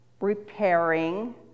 repairing